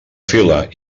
fila